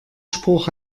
spruch